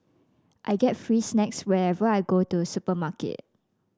I get free snacks whenever I go to the supermarket